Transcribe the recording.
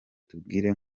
tubwire